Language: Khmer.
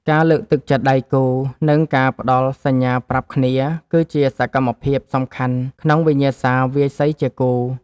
ការលើកទឹកចិត្តដៃគូ និងការផ្ដល់សញ្ញាប្រាប់គ្នា គឺជាសកម្មភាពសំខាន់ក្នុងវិញ្ញាសាវាយសីជាគូ។